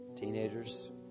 teenagers